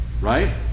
Right